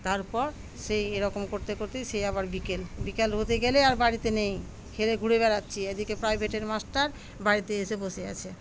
তারপর সেই এরকম করতে করতেই সে আবার বিকেল বিকেল হতে গেলে আর বাড়িতে নেই ফের ঘুরে বেড়াচ্ছি এদিকে প্রাইভেটের মাস্টার বাড়িতে এসে বসে আছে